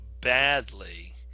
badly